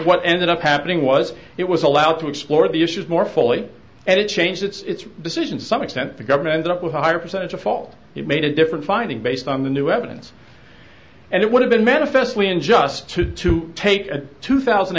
what ended up happening was it was allowed to explore the issues more fully and it changed its decision to some extent the government up with a higher percentage of fault he made a different finding based on the new evidence and it would have been manifestly unjust to to take a two thousand